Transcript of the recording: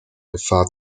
gefahr